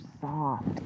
soft